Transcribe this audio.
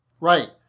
Right